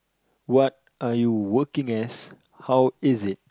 what are you working as how is it